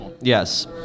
Yes